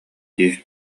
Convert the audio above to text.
дии